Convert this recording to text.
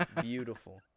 beautiful